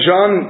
John